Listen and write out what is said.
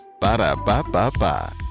Ba-da-ba-ba-ba